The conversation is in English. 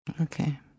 Okay